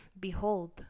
Behold